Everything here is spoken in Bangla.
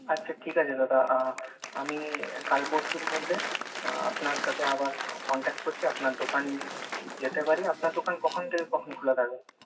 আচ্ছা ঠিক আছে দাদা আমি কাল পরশুর মধ্যে আপনার সাথে আবার কনট্যাক্ট করছি আপনার দোকান যেতে পারি আপনার দোকান কখন থেকে কখন খোলা থাকবে